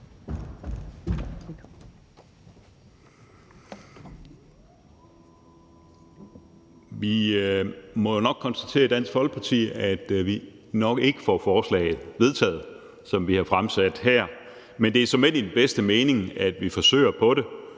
Vi må jo nok konstatere i Dansk Folkeparti, at vi ikke får forslaget, som vi har fremsat her, vedtaget. Men det er såmænd i den bedste mening, at vi forsøger det,